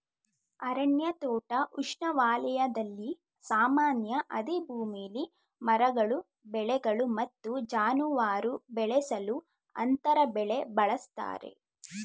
ಅರಣ್ಯ ತೋಟ ಉಷ್ಣವಲಯದಲ್ಲಿ ಸಾಮಾನ್ಯ ಅದೇ ಭೂಮಿಲಿ ಮರಗಳು ಬೆಳೆಗಳು ಮತ್ತು ಜಾನುವಾರು ಬೆಳೆಸಲು ಅಂತರ ಬೆಳೆ ಬಳಸ್ತರೆ